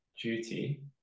duty